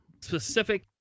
specific